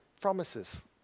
promises